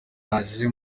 yaje